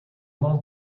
não